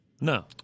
No